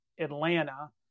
Atlanta